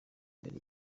mbere